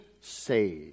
saved